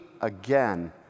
again